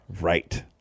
Right